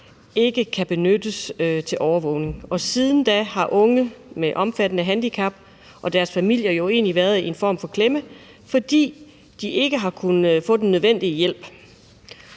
ikke kan benyttes til overvågning. Siden da har unge med omfattende handicap og deres familier været i en form for klemme, fordi de ikke har kunnet få den nødvendige hjælp,